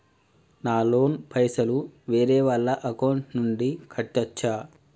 నా లోన్ పైసలు వేరే వాళ్ల అకౌంట్ నుండి కట్టచ్చా?